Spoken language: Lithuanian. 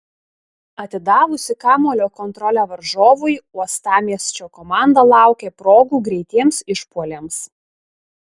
atidavusi kamuolio kontrolę varžovui uostamiesčio komanda laukė progų greitiems išpuoliams